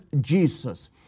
Jesus